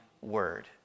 word